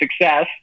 success